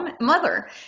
mother